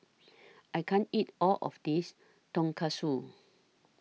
I can't eat All of This Tonkatsu